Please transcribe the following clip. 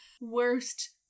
worst